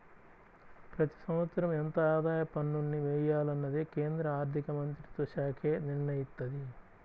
ప్రతి సంవత్సరం ఎంత ఆదాయ పన్నుల్ని వెయ్యాలనేది కేంద్ర ఆర్ధికమంత్రిత్వశాఖే నిర్ణయిత్తది